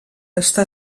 està